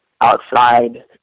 outside